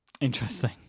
Interesting